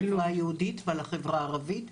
ועל החברה הערבית,